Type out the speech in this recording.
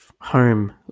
home